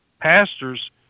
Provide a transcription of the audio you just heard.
pastors